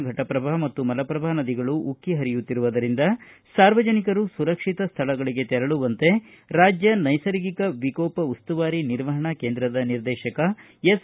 ಘಟಪ್ರಭಾ ಮತ್ತು ಮಲಪ್ರಭಾ ನದಿಗಳು ಉಕ್ಕಿ ಪರಿಯುತ್ತಿರುವುದರಿಂದ ಸಾರ್ವಜನಿಕರು ಸುರಕ್ಷಿತ ಸ್ಥಳಗಳಿಗೆ ತೆರಳುವಂತೆ ರಾಜ್ಯ ನೈಸರ್ಗಿಕ ವಿಕೋಪ ಉಸ್ತುವಾರಿ ನಿರ್ವಹಣಾ ಕೇಂದ್ರದ ನಿರ್ದೇಶಕ ಎಸ್